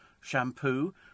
shampoo